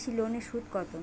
কৃষি লোনের সুদ কত?